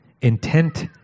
intent